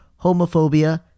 homophobia